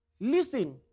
Listen